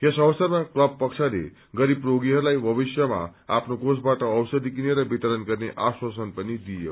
यस अवसरमा क्लब पक्षले गरिब रोगीहरूलाई भविषयमा आफ्नो कोषबाट औषधी किनेर वितरण गर्ने आश्वासन पनि दियो